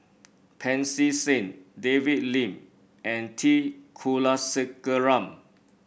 Pancy Seng David Lim and T Kulasekaram